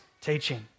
teaching